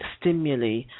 stimuli